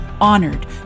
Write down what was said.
honored